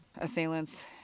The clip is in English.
assailants